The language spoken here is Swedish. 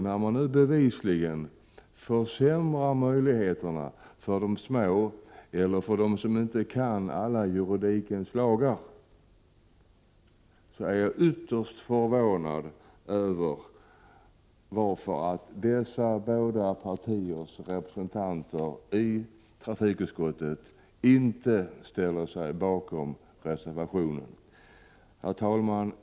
När nu möjligheterna för de små eller för dem som inte kan alla juridikens lagar bevisligen försämras, är jag ytterst förvånad över att dessa båda partiers representanter i trafikutskottet inte ställer sig bakom reservation 2. Herr talman!